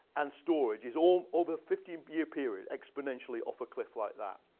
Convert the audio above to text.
and storage is all over a fifteen year period exponentially off a cliff like that.